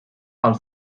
els